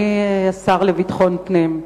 אדוני השר לביטחון פנים,